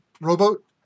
rowboat